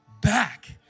back